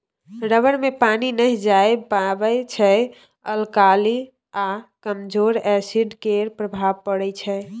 rubber मे पानि नहि जाए पाबै छै अल्काली आ कमजोर एसिड केर प्रभाव परै छै